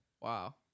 Wow